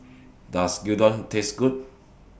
Does Gyudon Taste Good